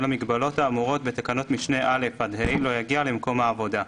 המגבלות האמורות בתקנות משנה (א) עד (ה) לא יגיע למקום העבודה.